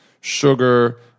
sugar